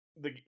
the-